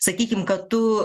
sakykim kad tu